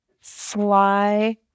Sly